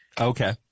Okay